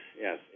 Yes